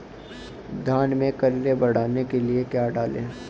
धान में कल्ले बढ़ाने के लिए क्या डालें?